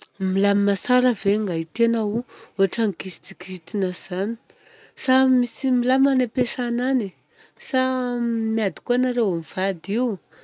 Milamina tsara ve angaity anao io, ohatra ny kizikizitina izany, sa misy tsy milamina any ampiasana any, sa miady koa anareo mivady io?